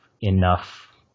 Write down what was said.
enough